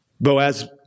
Boaz